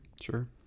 Sure